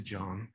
John